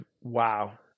wow